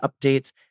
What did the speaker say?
updates